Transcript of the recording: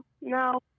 no